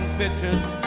pictures